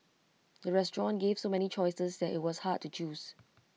the restaurant gave so many choices that IT was hard to choose